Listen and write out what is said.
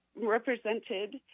represented